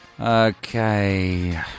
Okay